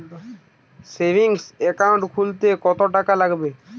Savings account খুলতে কতটাকা লাগবে?